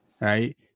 right